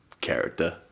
character